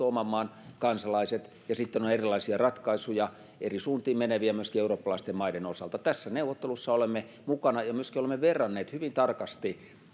oman maan kansalaiset on palautettu kokonaisuudessaan ja sitten on erilaisia ratkaisuja eri suuntiin meneviä myöskin eurooppalaisten maiden osalta tässä neuvottelussa olemme mukana ja myöskin olemme verranneet hyvin tarkasti